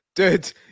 Dude